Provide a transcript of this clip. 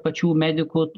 pačių medikų